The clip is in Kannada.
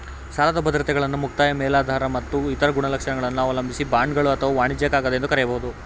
ಸಾಲದ ಬದ್ರತೆಗಳನ್ನ ಮುಕ್ತಾಯ ಮೇಲಾಧಾರ ಮತ್ತು ಇತರ ಗುಣಲಕ್ಷಣಗಳನ್ನ ಅವಲಂಬಿಸಿ ಬಾಂಡ್ಗಳು ಅಥವಾ ವಾಣಿಜ್ಯ ಕಾಗದ ಎಂದು ಕರೆಯಬಹುದು